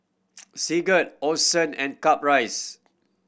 Sigurd Orson and Caprice